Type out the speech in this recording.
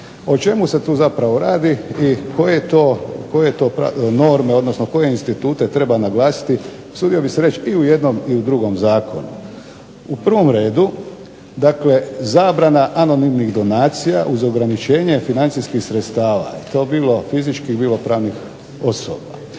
O čemu se tu zapravo radi i koje to norme, odnosno koje institute treba naglasiti, usudio bih se reći, i u jednom i u drugom zakonu? U prvom redu, dakle zabrana anonimnih donacija uz ograničenje financijskih sredstava i to bilo fizičkih bilo pravnih osoba.